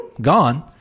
gone